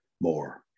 more